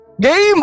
Game